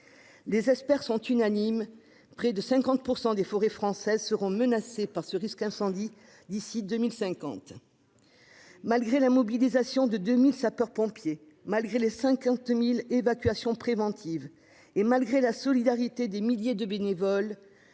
Les experts sont unanimes : près de 50 % des forêts françaises seront menacées par le risque incendie d'ici à 2050. Malgré la mobilisation de deux mille sapeurs-pompiers, malgré les cinquante mille évacuations préventives et malgré la solidarité des milliers de bénévoles,